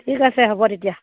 ঠিক আছে হ'ব তেতিয়া